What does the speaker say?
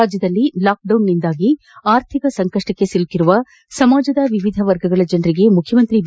ರಾಜ್ಯದಲ್ಲಿ ಲಾಕ್ಡೌನ್ ನಿಂದಾಗಿ ಆರ್ಥಿಕ ಸಂಕಷ್ಷಕ್ಷೆ ಸಿಲುಕಿರುವ ಸಮಾಜದ ವಿವಿಧ ವರ್ಗಗಳ ಜನರಿಗೆ ಮುಖ್ಚಿಮಂತ್ರಿ ಬಿ